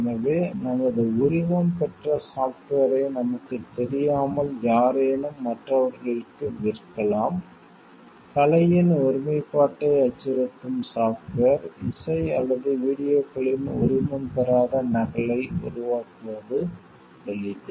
எனவே நமது உரிமம் பெற்ற சாஃப்ட்வேரை நமக்குத் தெரியாமல் யாரேனும் மற்றவர்களுக்கு விற்கலாம் கலையின் ஒருமைப்பாட்டை அச்சுறுத்தும் சாஃப்ட்வேர் இசை அல்லது வீடியோக்களின் உரிமம் பெறாத நகலை உருவாக்குவது எளிது